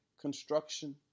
construction